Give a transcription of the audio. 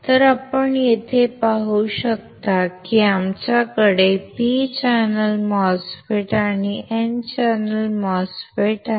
तर आपण येथे पाहू शकता आमच्याकडे P चॅनेल MOSFETs आणि N चॅनेल MOSFET आहेत